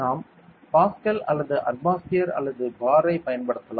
நாம் பாஸ்கல் அல்லது அட்மாஸ்பியர் அல்லது பார் ஐ பயன்படுத்தலாம்